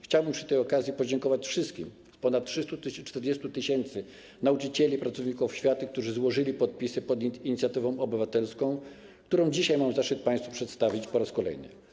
Chciałbym przy tej okazji podziękować wszystkim z ponad 340 tys. nauczycieli, pracowników oświaty, którzy złożyli podpisy pod inicjatywą obywatelską, którą dzisiaj mam zaszczyt państwu przedstawić po raz kolejny.